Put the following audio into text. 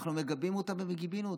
אנחנו מגבים אותה וגיבינו אותה,